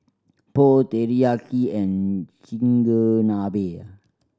Pho Teriyaki and Chigenabe